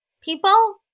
people